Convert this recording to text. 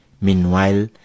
Meanwhile